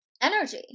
energy